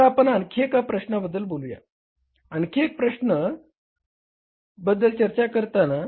आता आपण आणखी एका प्रश्नाबद्दल बोलूया आपण आणखी एका प्रश्नाबद्दल चर्चा करूया